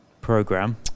program